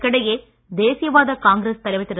இதற்கிடையே தேசியவாத காங்கிரஸ் தலைவர் திரு